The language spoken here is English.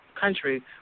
country